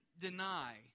deny